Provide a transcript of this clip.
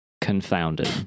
Confounded